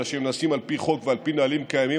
אלא שהם נעשים על פי חוק ועל פי נהלים קיימים.